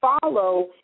follow